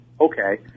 Okay